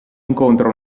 incontro